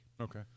Okay